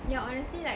yeah honestly like